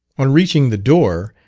on reaching the door,